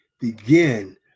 begin